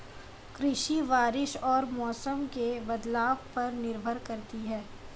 कृषि बारिश और मौसम के बदलाव पर निर्भर करती है